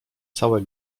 całe